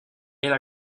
elle